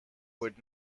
would